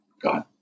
God